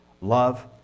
Love